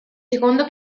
secondo